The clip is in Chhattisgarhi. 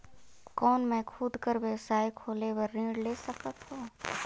कौन मैं खुद कर व्यवसाय खोले बर ऋण ले सकत हो?